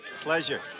Pleasure